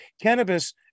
cannabis